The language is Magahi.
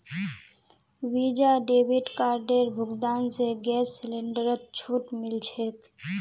वीजा डेबिट कार्डेर भुगतान स गैस सिलेंडरत छूट मिल छेक